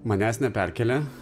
manęs neperkelia